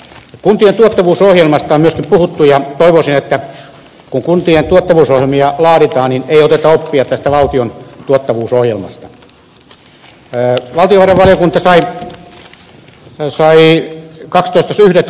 kuntien tuottavuusohjelmasta on myöskin puhuttu ja toivoisin että kun kuntien tuottavuus ohjelmia laaditaan niin ei oteta oppia tästä valtion tuottavuusohjelmasta